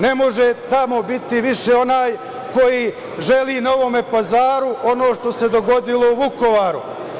Ne može tamo više biti onaj koji želi Novom Pazaru ono što se dogodilo u Vukovaru.